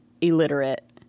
illiterate